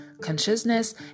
consciousness